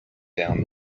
down